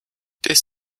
this